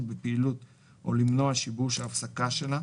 בפעילות או למנוע שיבוש או הפסקה שלה,